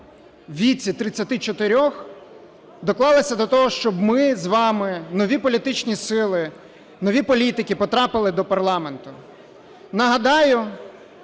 у віці 34-х, доклалася до того, щоб ми з вами, нові політичні сили, нові політики потрапили до парламенту. Нагадаю: